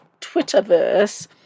twitterverse